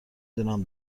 دونم